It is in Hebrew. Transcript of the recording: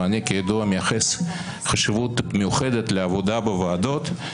ואני כידוע מייחס חשיבות מיוחדת לעבודה בוועדות.